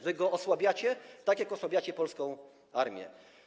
Wy go osłabiacie, tak jak osłabiacie polską armię.